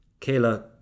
Kayla